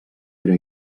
era